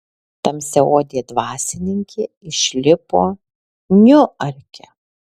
tamsiaodė dvasininkė išlipo niuarke